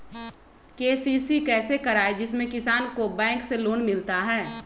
KCC कैसे कराये जिसमे किसान को बैंक से लोन मिलता है?